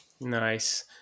Nice